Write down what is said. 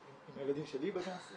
הילדים שלי בגן,